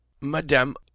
Madame—